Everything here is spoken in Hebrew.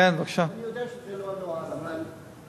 אני יודע שזה לא הנוהל, אבל,